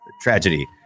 Tragedy